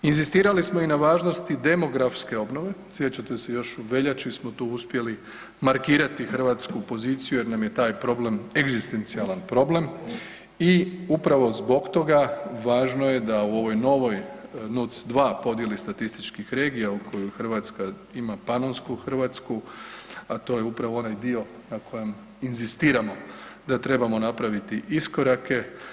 Inzistirali smo i na važnosti demografske obnove, sjećate se još u veljači smo to uspjeli markirati hrvatsku poziciju jer nam je taj problem egzistencijalan problem i upravo zbog toga važno je da u ovoj novoj NUTS 2 podijeli statističkih regija u kojoj Hrvatska ima Panonsku Hrvatsku, a to je upravo onaj dio na kojem inzistiramo da trebamo napraviti iskorake.